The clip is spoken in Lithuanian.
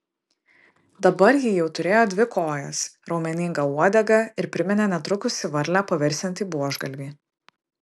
dabar ji jau turėjo dvi kojas raumeningą uodegą ir priminė netrukus į varlę pavirsiantį buožgalvį